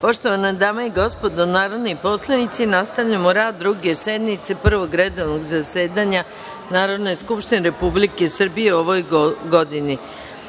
Poštovane dame i gospodo narodni poslanici, nastavljamo rad Druge sednice Prvog redovnog zasedanja Narodne skupštine Republike Srbije u ovoj godini. Na